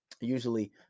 Usually